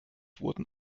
wurden